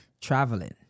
Traveling